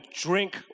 drink